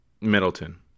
Middleton